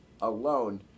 alone